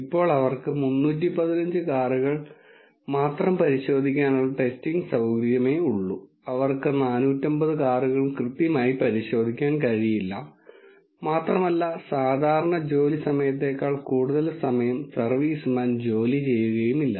ഇപ്പോൾ അവർക്ക് 315 കാറുകൾ മാത്രം പരിശോധിക്കാനുള്ള ടെസ്റ്റിംഗ് സൌകര്യമേ ഉള്ളു അവർക്ക് 450 കാറുകളും കൃത്യമായി പരിശോധിക്കാൻ കഴിയില്ല മാത്രമല്ല സാധാരണ ജോലി സമയത്തേക്കാൾ കൂടുതൽ സമയം സെർവീസ്മാൻ ജോലി ചെയ്യുകയുമില്ല